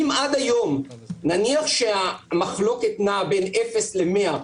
אם עד היום נניח שהמחלוקת נעה בין אפס ל-100,